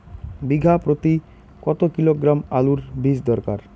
বিঘা প্রতি কত কিলোগ্রাম আলুর বীজ দরকার?